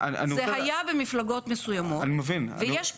זה היה במפלגות מסוימות ויש פערים.